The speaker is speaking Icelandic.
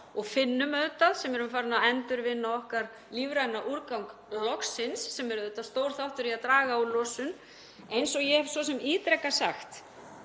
og finnum auðvitað sem erum farin að endurvinna okkar lífræna úrgang loksins, sem er auðvitað stór þáttur í að draga úr losun. En eins og ég hef svo sem ítrekað sagt